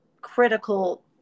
critical